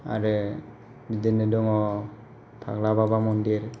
आरो बिदिनो दङ फाग्ला बाबा मन्दिर